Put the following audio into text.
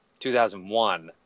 2001